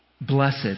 blessed